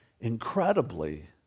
incredibly